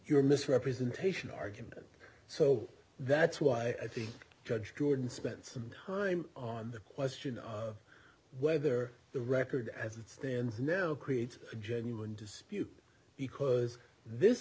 your misrepresentation argument so that's why the judge jordan spent some time on the question of whether the record as it stands now creates a genuine dispute because this